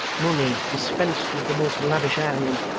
money, dispensed with the most lavish hand,